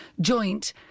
joint